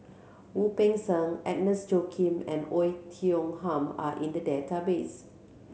Wu Peng Seng Agnes Joaquim and Oei Tiong Ham are in the database